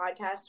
podcast